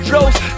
Rose